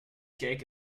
cake